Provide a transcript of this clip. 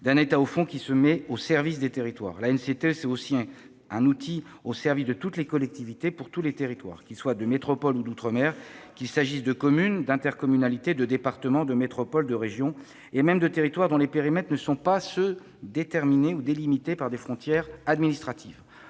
L'État se met ainsi au service des territoires. L'ANCT sera également un outil au service de toutes les collectivités, pour tous les territoires, qu'ils soient de métropole ou d'outre-mer, qu'il s'agisse de communes, d'intercommunalités, de départements, de métropoles, de régions ou même de territoires dont les périmètres ne sont pas ceux délimités par les « frontières administratives